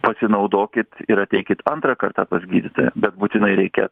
pasinaudokit ir ateikit antrą kartą pas gydytoją bet būtinai reikia